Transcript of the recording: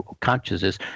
consciousness